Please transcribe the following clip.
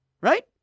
right